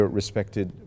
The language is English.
respected